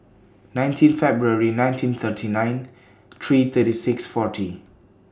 nineteen February nineteen thirty nine three thirty six forty